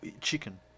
chicken